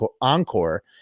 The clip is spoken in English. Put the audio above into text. encore